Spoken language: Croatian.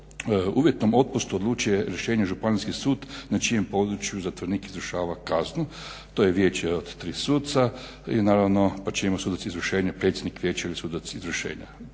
uvjetnom otpustu odlučuje rješenjem Županijski sud, na čijem području zatvorenik izvršava kaznu. To je vijeće od 3 suca i naravno po čijemu sudac izvršenju predsjednik vijeća ili sudac izvršenja.